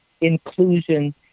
inclusion